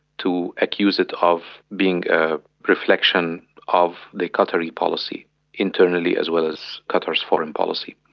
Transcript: to accuse it of being a reflection of the qatari policy internally as well as qatar's foreign policy.